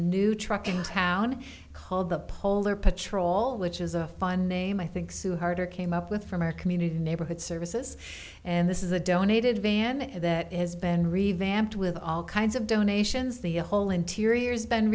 new truck in town called the polar patrol which is a fun name i think suharto came up with from our community neighborhood services and this is a donated van and that has been revamped with all kinds of donations the whole interior has been